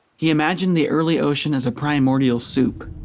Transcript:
he imagined the early ocean as a primordial soup,